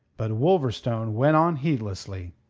but wolverstone went on heedlessly.